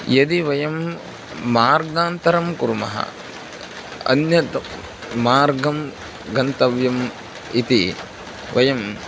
यदि वयं मार्गान्तरं कुर्मः अन्यत् मार्गं गन्तव्यम् इति वयम्